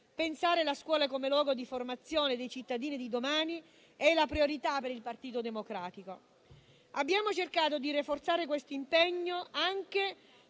pensare la scuola come luogo di formazione dei cittadini di domani è la priorità per il Partito Democratico. Abbiamo cercato di rafforzare questo impegno anche